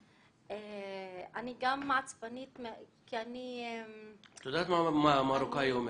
אני גם עצבנית כי אני --- את יודעת מה המרוקאי אומר